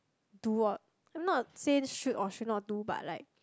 do or not say should or should not do but like